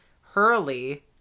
Hurley